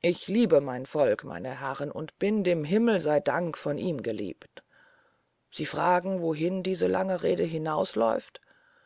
ich liebe mein volk meine herren und bin dem himmel sey dank von ihm geliebt sie fragen wohin diese lange rede hinausläuft